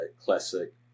classic